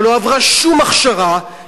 שלא עברה שום הכשרה,